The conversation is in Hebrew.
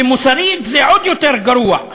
ומוסרית זה עוד יותר גרוע,